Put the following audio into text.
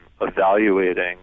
evaluating